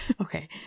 Okay